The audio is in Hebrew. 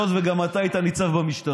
היות שגם אתה היית ניצב במשטרה,